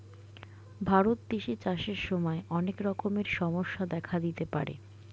ভারত দেশে চাষের সময় অনেক রকমের সমস্যা দেখা দিতে পারে